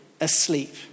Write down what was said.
asleep